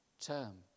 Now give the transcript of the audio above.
term